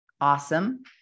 Awesome